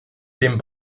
dem